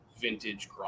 vintage